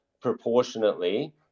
proportionately